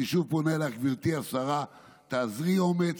אני שוב פונה אלייך, גברתי השרה: תאזרי אומץ,